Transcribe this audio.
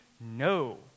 No